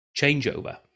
changeover